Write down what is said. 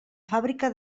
fàbrica